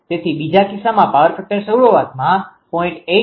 તેથી બીજા કિસ્સામાં પાવર ફેક્ટર શરૂઆતમાં 0